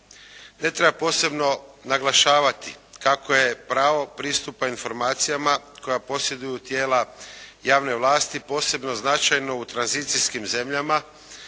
Ne treba posebno naglašavati kako je pravo pristupa informacijama koja posjeduju tijela javne vlasti posebno značajno u tranzicijskim zemljama